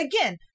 Again